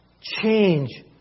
Change